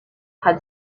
had